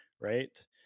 right